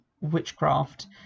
witchcraft